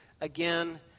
again